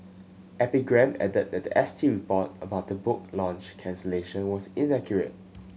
epigram added that S T report about the book launch cancellation was inaccurate